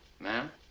Ma'am